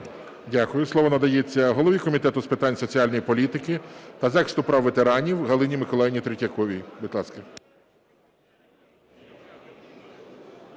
Дякую. Слово надається голові Комітету з питань соціальної політики та захисту прав ветеранів Галині Миколаївні Третьяковій.